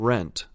Rent